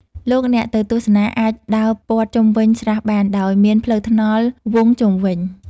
លោកអ្នកទៅទស្សនាអាចដើរព័ទ្ធជុំវិញស្រះបាន ដោយមានផ្លូវថ្នល់វង់ជុំវិញ។